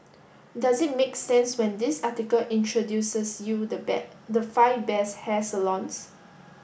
does it make sense when this article introduces you the the five best hair salons